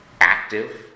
active